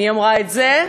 מי אמרה את זה?